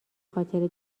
خاطره